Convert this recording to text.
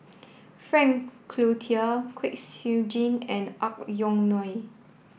Frank Cloutier Kwek Siew Jin and Ang Yoke Mooi